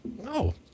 No